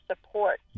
support